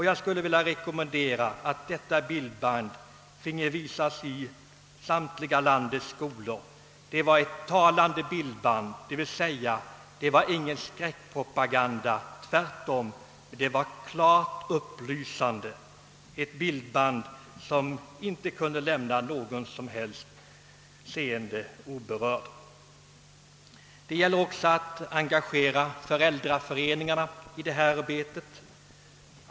Jag skulle vilja rekommendera att det bildbandet finge visas i samtliga landets skolor. Det var mycket talande. Men det var ingen skräckpropaganda. Tvärtom var det klart upplysande. Det var ett bildband som inte lämnade någon åskådare oberörd. Ävenså kan = föräldraföreningarna engageras i arbetet.